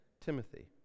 Timothy